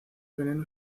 veneno